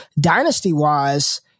Dynasty-wise